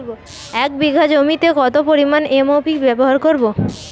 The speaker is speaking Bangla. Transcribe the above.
এক বিঘা জমিতে কত পরিমান এম.ও.পি ব্যবহার করব?